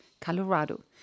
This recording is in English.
Colorado